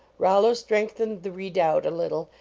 rollo strengthened the redoubt a little,